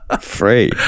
Free